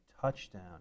touchdown